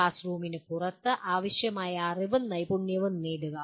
class റൂമിന് പുറത്ത് ആവശ്യമായ അറിവും നൈപുണ്യവും നേടുക